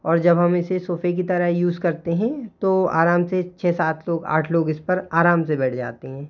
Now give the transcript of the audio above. और जब हम इसे सोफे की तरह यूज़ करते हैं तो आराम से छः सात लोग आठ लोग इस पर आराम से बैठ जाते हैं